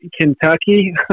Kentucky